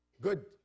good